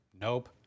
Nope